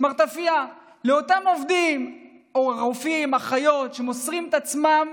שמרטפייה לאותם עובדים או רופאים או אחיות שמוסרים את עצמם